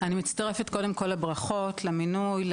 אני מצטרפת קודם כל לברכות למינוי,